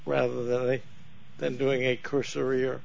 rather than doing a cursory